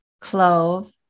clove